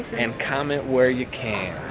and comment where you can.